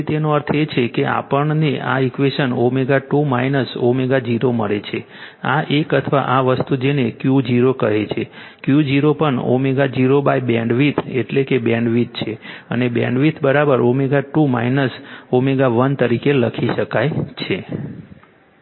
તેથી તેનો અર્થ એ કે આપણને આ ઇક્વેશન ω2 ω0 મળે છે આ એક અથવા આ વસ્તુ જેને Q0 કહે છે Q0 પણ ω0 BW એટલે કે બેન્ડવિડ્થ છે અને BW ω2 ω1 તરીકે લખી શકાય છે